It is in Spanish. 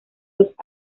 los